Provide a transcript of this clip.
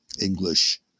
English